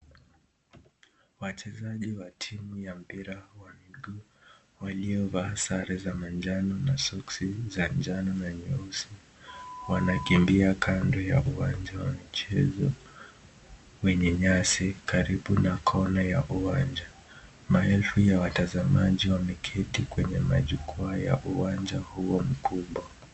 Wachezaji wa timu ya mpira wa miguu waliovaa sare za manjano na soksi za njano na nyeusi wanakimbia kando ya uwanja wa michezo wenye nyasi karibu na kona ya uwanja, maelfu ya watazamaji wameketi kwenye majukwaa ya uwanja huo mkubwa.